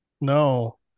No